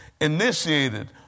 initiated